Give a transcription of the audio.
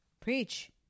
preach